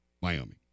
Wyoming